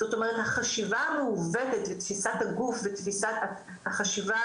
זאת אומרת החשיבה המעוותת בתפיסת הגוף ותפיסת החשיבה